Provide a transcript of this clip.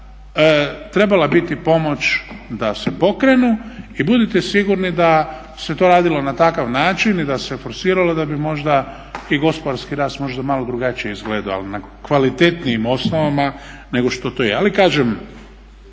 trebala biti pomoć da se pokrenu. I budite sigurni da se to radilo na takav način i da se forsiralo da bi možda i gospodarski rast možda malo drugačije izgledao ali na kvalitetnijim osnovama nego što to je.